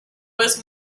was